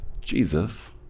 Jesus